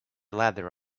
leather